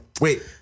Wait